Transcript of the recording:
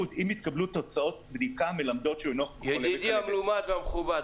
אם התקבלו תוצאות בדיקה --- ידידי המלומד והמכובד,